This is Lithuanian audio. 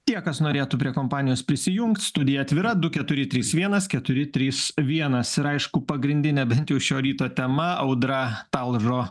tie kas norėtų prie kompanijos prisijungt studija atvira du keturi trys vienas keturi trys vienas ir aišku pagrindinė bent jau šio ryto tema audra talžo